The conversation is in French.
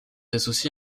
associé